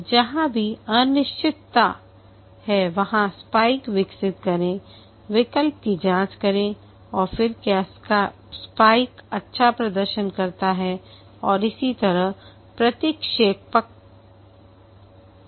जहां भी अनिश्चितता है वहां स्पाइक विकसित करें विकल्प की जांच करें कि क्या स्पाइक अच्छा प्रदर्शन करता है और इसी तरह प्रतिक्षेपक भी